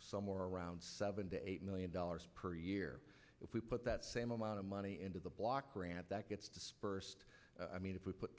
somewhere around seven to eight million dollars per year if we put that same amount of money into the block grant that gets dispersed i mean if we put